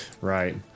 Right